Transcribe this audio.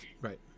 Right